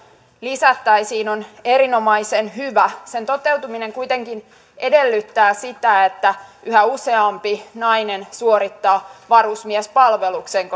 lisättäisiin on erinomaisen hyvä sen toteutuminen kuitenkin edellyttää sitä että yhä useampi nainen suorittaa varusmiespalveluksen